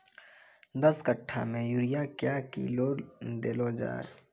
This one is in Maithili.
दस कट्ठा मे यूरिया क्या किलो देलो जाय?